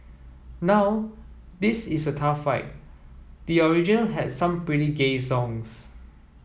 now this is a tough fight the original had some pretty gay songs